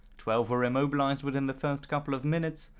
twelve were immobilized within the first couple of minutes.